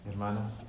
hermanas